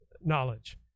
knowledge